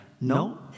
No